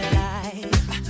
life